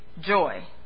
joy